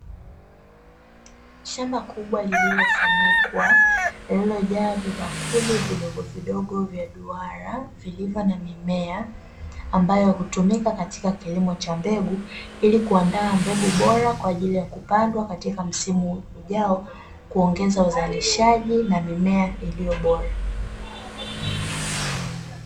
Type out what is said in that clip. Shamba kubwa lililofunikwa, lililojaa vibakuli vidogovidogo vya duara vilivyo na mimea, ambayo hutumika katika kilimo cha mbegu ili kuandaa mbegu bora kwa ajili ya kupandwa katika msimu ujao, kuongeza uzalishaji na mimea iliyo bora.